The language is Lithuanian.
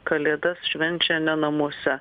kalėdas švenčia ne namuose